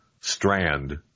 Strand